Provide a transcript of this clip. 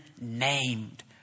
named